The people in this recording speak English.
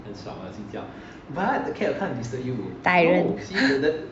tyrant